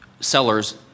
sellers